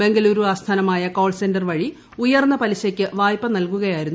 ബാംഗ്ലൂരു ആസ്ഥാനമായ call centre വഴിഉയർന്ന പലിശയ്ക്ക് വായ്ക്പ നൽകുകയായിരുന്നു ഇവർ